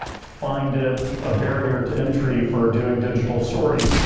find it a barrier to entry for doing digital stories.